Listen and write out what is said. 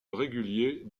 régulier